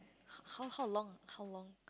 how how long how long